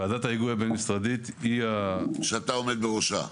ועדת ההיגוי הבין-משרדית היא --- שאתה עומד בראשה.